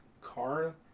car